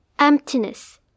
emptiness